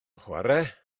chwarae